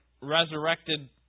resurrected